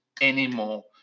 anymore